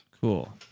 Cool